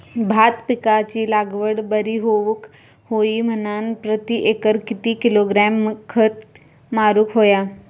भात पिकाची लागवड बरी होऊक होई म्हणान प्रति एकर किती किलोग्रॅम खत मारुक होया?